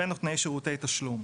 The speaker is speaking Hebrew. ונותני שירותי תשלום.